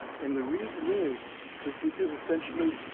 and the reason is is because essentially,